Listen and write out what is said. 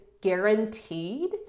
guaranteed